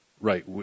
right